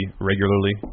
regularly